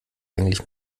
eigentlich